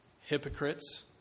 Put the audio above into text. hypocrites